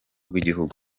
bw’igihugu